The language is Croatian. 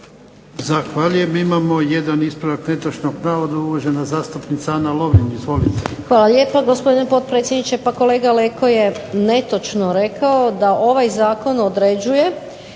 Zahvaljujem. Imamo 1 ispravak netočnog navoda, uvažena zastupnica Ana Lovrin. Izvolite.